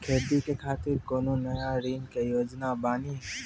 खेती के खातिर कोनो नया ऋण के योजना बानी?